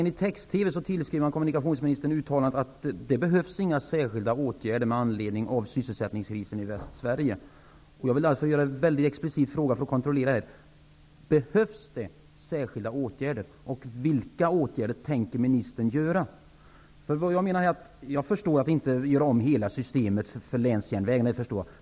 Enligt Text-TV har kommunikationsministern tillskrivits uttalandet att det inte behövs några särskilda åtgärder med anledning av sysselsättningskrisen i Västsverige. Jag vill därför som en kontroll explicit fråga: Jag förstår att det inte går att göra om hela systemet för länsjärnvägen.